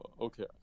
okay